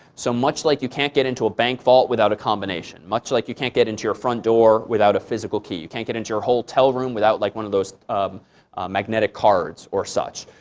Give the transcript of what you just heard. so much like you can't get into a bank vault without a combination, much like you can't get into your front door without a physical key, you can't get into your hotel room without like one of those um magnetic cards or such,